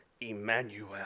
Emmanuel